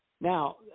now